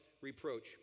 reproach